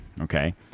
okay